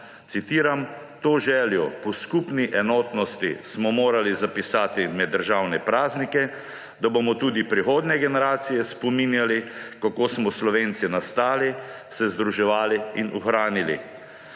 citiram: »To željo po skupni enotnosti smo morali zapisati med državne praznike, da bomo tudi prihodnje generacije spominjali, kako smo Slovenci nastali, se združevali in ohranili.